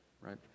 right